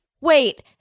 wait